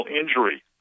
injury